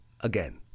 again